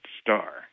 star